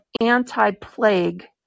anti-plague